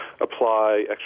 apply